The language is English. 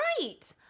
Right